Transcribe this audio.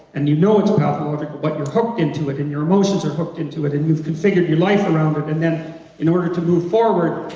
and you know it's pathological but you're hooked into it and you're emotions are hooked into it and you've configured you life around it and then in order to move forward,